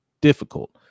difficult